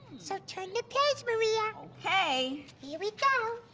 so turn the page, maria. okay. here we go.